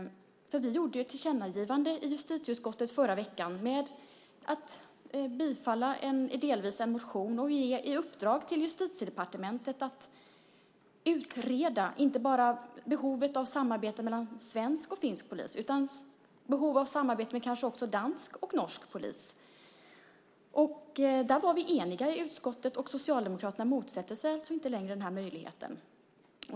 Vi gjorde ju ett tillkännagivande i justitieutskottet förra veckan om att delvis bifalla en motion och ge i uppdrag till Justitiedepartementet att utreda inte bara behovet av samarbete mellan svensk och finsk polis utan också behov av samarbete med dansk och norsk polis. Där var vi eniga i utskottet. Socialdemokraterna motsätter sig alltså inte längre den möjligheten.